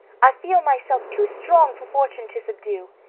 i feel myself too strong for fortune to subdue.